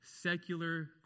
secular